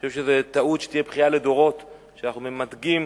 אני חושב שזה טעות שתהיה בכייה לדורות שאנחנו ממתגים